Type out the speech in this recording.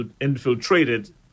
infiltrated